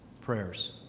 prayers